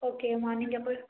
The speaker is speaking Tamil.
ஓகேம்மா நீங்கள் போய்